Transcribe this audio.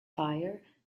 fire